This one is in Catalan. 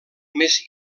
més